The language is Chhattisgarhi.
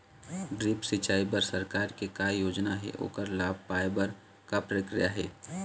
ड्रिप सिचाई बर सरकार के का योजना हे ओकर लाभ पाय बर का प्रक्रिया हे?